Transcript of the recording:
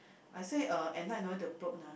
I say uh at night no need to put ah